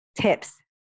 tips